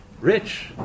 rich